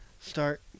start